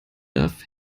darf